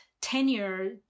Tenure